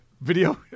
video